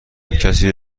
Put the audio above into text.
کسی